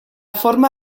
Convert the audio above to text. forma